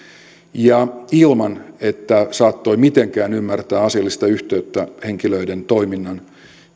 ja ilman että saattoi mitenkään ymmärtää asiallista yhteyttä henkilöiden toiminnan